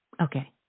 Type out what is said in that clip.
Okay